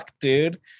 dude